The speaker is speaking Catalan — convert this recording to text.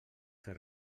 fer